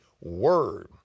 Word